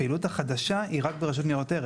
הפעילות החדשה היא רק ברשות ניירות ערך.